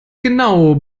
genau